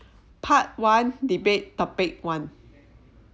part one debate topic one